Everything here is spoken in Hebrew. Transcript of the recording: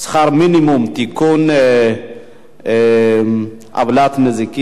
25 בעד, אין מתנגדים.